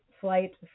flight